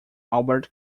albert